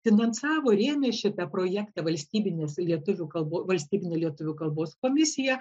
finansavo rėmė šitą projektą valstybinės lietuvių kalbos valstybinė lietuvių kalbos komisija